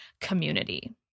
community